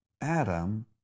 Adam